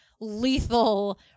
lethal